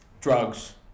Drugs